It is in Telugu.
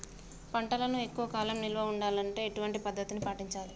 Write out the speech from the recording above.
పంటలను ఎక్కువ కాలం నిల్వ ఉండాలంటే ఎటువంటి పద్ధతిని పాటించాలే?